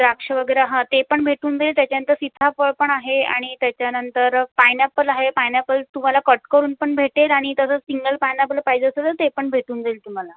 द्राक्षं वगैरे हां ते पण भेटून जाईल त्याच्यानंतर सीताफळ पण आहे आणि त्याच्यानंतर पायनॅपल आहे पायनॅपल तुम्हाला कट करून पण भेटेल आणि तसंच सिंगल पायनॅपल पाहिजे असेल तर ते पण भेटून जाईल तुम्हाला